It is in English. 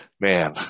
man